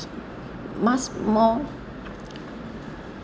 much more